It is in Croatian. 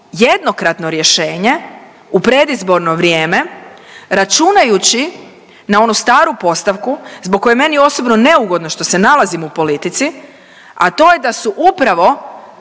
jednokratno rješenje u predizborno vrijeme računajući na onu staru postavku zbog koje je meni osobno neugodno što se nalazim u politici, a to je da su upravo